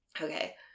Okay